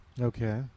Okay